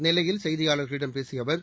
நெல்லையில் செய்தியாளர்களிடம் பேசிய அவர்